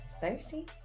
Thirsty